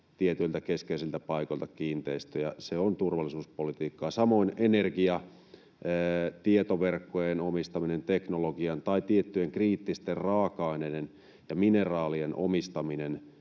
tietyiltä keskeisiltä paikoilta kiinteistöjä. Se on turvallisuuspolitiikkaa — samoin energia, tietoverkkojen omistaminen, teknologian tai tiettyjen kriittisten raaka-aineiden ja mineraalien omistaminen,